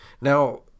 Now